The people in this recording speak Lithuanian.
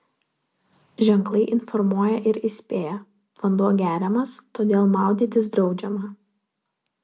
ženklai informuoja ir įspėja vanduo geriamas todėl maudytis draudžiama